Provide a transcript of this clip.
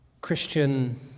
Christian